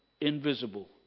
invisible